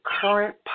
current